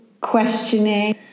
questioning